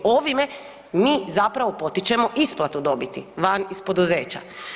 Ovime mi zapravo potičemo isplatu dobiti van iz poduzeća.